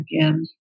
again